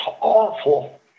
awful